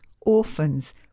orphans